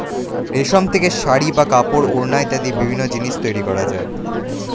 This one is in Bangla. রেশম থেকে শাড়ী বা কাপড়, ওড়না ইত্যাদি বিভিন্ন জিনিস তৈরি করা যায়